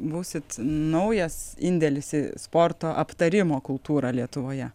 būsit naujas indėlis į sporto aptarimo kultūrą lietuvoje